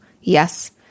yes